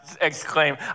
exclaim